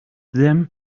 them